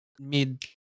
mid